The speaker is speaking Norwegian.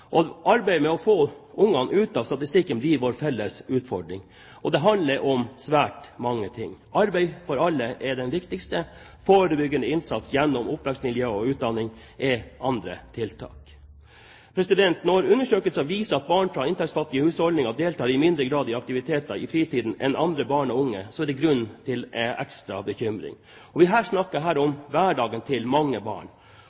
blir vår felles utfordring. Det handler om svært mange tiltak. Arbeid for alle er det viktigste. Forebyggende innsats gjennom oppvekstmiljø og utdanning er andre tiltak. Når undersøkelser viser at barn fra inntektsfattige husholdninger deltar i mindre grad i aktiviteter i fritiden enn andre barn og unge, så er det grunn til ekstra bekymring. Vi snakker her om hverdagen til mange barn.